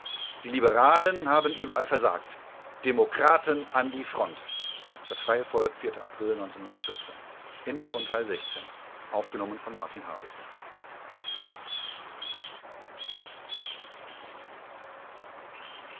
die liberalen haben überall versagt demokraten an die front das freie volk april